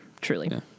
truly